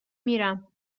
میرم